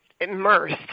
immersed